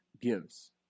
gives